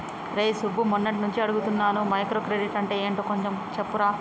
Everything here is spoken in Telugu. రేయ్ సుబ్బు, మొన్నట్నుంచి అడుగుతున్నాను మైక్రో క్రెడిట్ అంటే యెంటో కొంచెం చెప్పురా